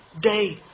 day